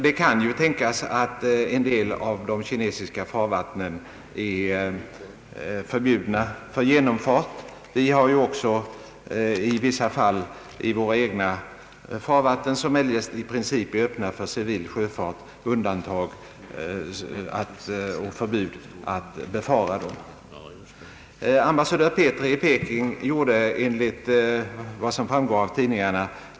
Det kan tänkas att en del av de kinesiska farvattnen är förbjudna för genomfart och att förklaringen till uppbringandet är att söka i detta. Vi har ju själva i vissa fall utfärdat förbud att befara en del av våra egna farvatten, som eljest i princip är öppna för civil sjöfart.